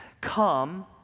Come